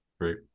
Great